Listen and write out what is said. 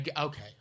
Okay